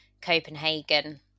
Copenhagen